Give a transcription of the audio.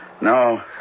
No